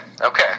okay